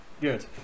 Good